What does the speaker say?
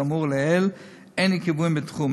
וכאמור לעיל אין עיכובים בתחום.